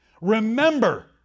Remember